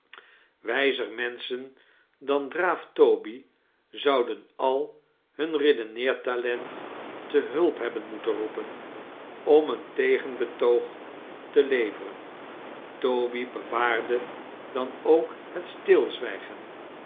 wijzer menschen dan draaf-toby zouden al hun redeneertalent te hulp hebben moeten roepen om een tegenbetoog te levercn toby bowaarde dan ook het stilzwijgen